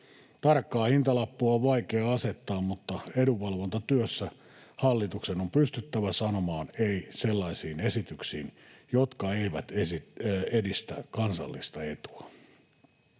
Tarkkaa hintalappua on vaikea asettaa, mutta edunvalvontatyössä hallituksen on pystyttävä sanomaan ”ei” sellaisiin esityksiin, jotka eivät edistä kansallista etua.